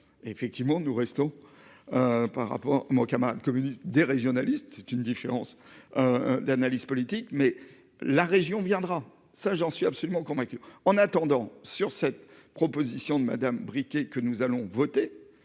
Effectivement, nous restons. Par rapport à mon camarade communiste des régionalistes. C'est une différence. D'analyse politique mais la région viendra ça j'en suis absolument convaincu. On attendant sur cette proposition de Madame. Que nous allons voter.